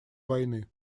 войны